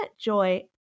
Joy